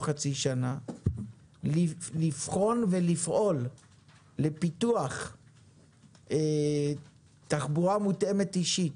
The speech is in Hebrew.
חצי שנה לבחון ולפעול לפיתוח תחבורה מותאמת אישית,